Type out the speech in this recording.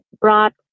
broad